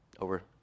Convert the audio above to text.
Over